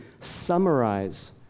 summarize